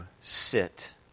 sit